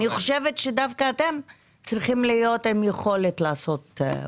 אני חושבת שדווקא אתם צריכים להיות עם יכולת לעשות.